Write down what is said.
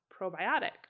probiotic